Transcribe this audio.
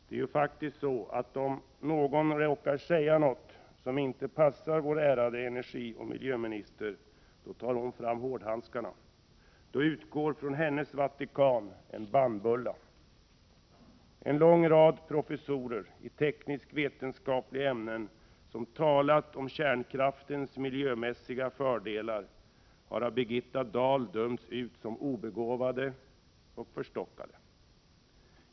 Det är ju faktiskt så, att om någon råkar säga något som inte passar vår ärade energioch miljöminister, tar hon fram hårdhandskarna. Då utgår från hennes Vatikan en bannbulla. En lång rad professorer i teknisk-vetenskapliga ämnen, som talat om kärnkraftens miljömässiga fördelar, har av Birgitta Dahl dömts ut som obegåvade och förstockade.